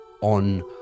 on